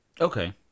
okay